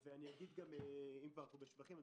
אם אנחנו כבר בשבחים,